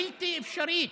בלתי אפשרית,